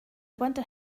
wonder